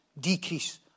decrease